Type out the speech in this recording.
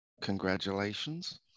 congratulations